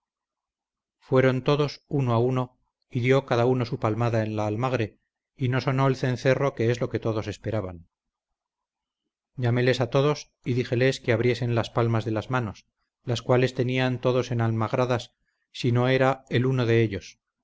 fueron todos uno a uno y dio cada uno su palmada en la almagre y no sonó el cencerro que es lo que todos esperaban llaméles a todos y díjeles que abriesen las palmas de las manos las cuales tenían todos enalmagradas si no era él uno de ellos